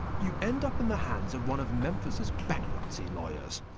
you end up in the hands of one of memphis's bankruptcy lawyers,